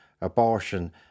abortion